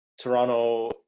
toronto